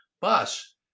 bus